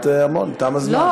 אמרת המון, תם הזמן.